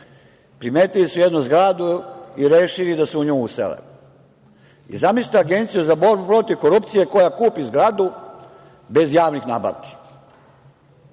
primetili su jednu zgradu i rešili da se u nju usele. Zamislite Agenciju za borbu protiv korupcija koja kupi zgradu bez javnih nabavki.